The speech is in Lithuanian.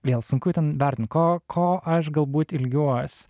vėl sunku ten vertint ko ko aš galbūt ilgiuos